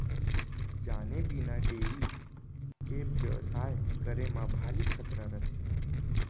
जाने बिना डेयरी के बेवसाय करे म भारी खतरा रथे